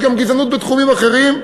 יש גזענות גם בתחומים אחרים,